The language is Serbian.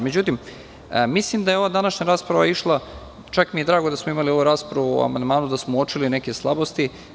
Međutim, mislim da je ova današnja rasprava, čak mi je drago da smo imali ovu raspravu o amandmanu i da smo uočili neke slabosti.